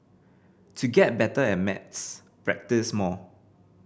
to get better at maths practise more